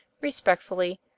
respectfully